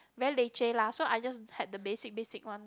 very leceh lah so I just had the basic basic one